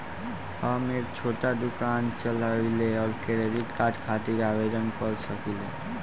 हम एक छोटा दुकान चलवइले और क्रेडिट कार्ड खातिर आवेदन कर सकिले?